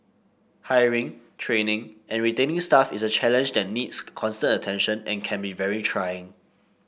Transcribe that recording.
hiring training and retaining staff is a challenge that needs constant attention and can be very trying